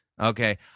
okay